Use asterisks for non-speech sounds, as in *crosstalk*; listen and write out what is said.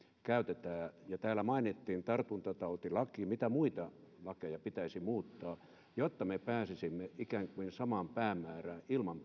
käytetään ja täällä mainittiin tartuntatautilaki mitä muita lakeja pitäisi muuttaa jotta me pääsisimme ikään kuin samaan päämäärään ilman *unintelligible*